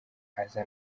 aza